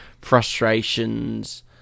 frustrations